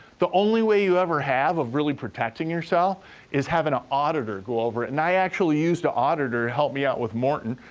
the only way you ever have of really protecting yourself is having a auditor go over it, and i actually used a auditor to help me out with morton,